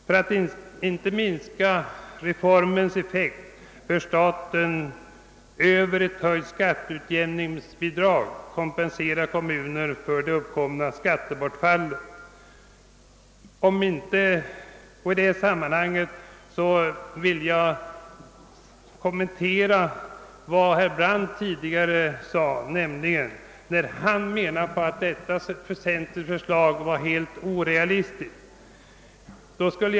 För att inte minska reformens effekt bör staten via ett höjt skatteutjämningsbidrag kompensera kommuner för det uppkomna skattebortfallet. I det sammanhanget vill jag kommentera vad herr Brandt tidigare i dag sade. Herr Brandt ansåg att centerpartiets förslag var helt orealistiskt.